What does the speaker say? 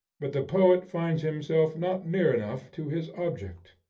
but the poet finds himself not near enough to his object.